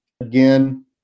Again